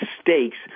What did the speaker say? stakes